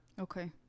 Okay